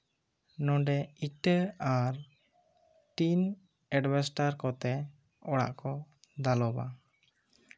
ᱱᱚᱰᱮ ᱤᱴᱟᱹ ᱟᱨ ᱴᱤᱱ ᱮᱞᱵᱮᱥᱴᱟᱨ ᱠᱚᱛᱮ ᱚᱲᱟᱜ ᱠᱚ ᱫᱟᱞᱚᱵᱟ